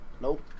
Nope